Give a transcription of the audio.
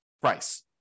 price